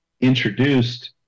introduced